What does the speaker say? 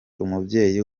umubyeyi